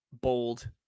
bold